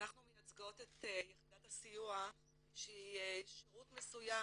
אנחנו מייצגות את יחידת הסיוע שהיא שירות מסוים